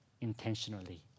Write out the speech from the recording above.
intentionally